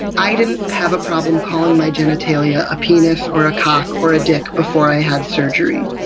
i didn't have a problem calling my genitalia a a penis or a cock or a dick before i had surgery.